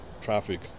traffic